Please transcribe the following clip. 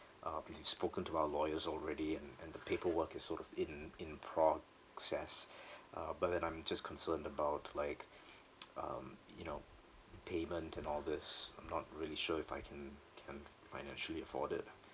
uh we've spoken to our lawyers already and and the paperwork is sort of in in process uh but then I'm just concerned about like um you know payment and all this I'm not really sure if I can can f~ financially afford it